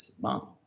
Mom